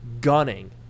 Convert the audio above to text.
gunning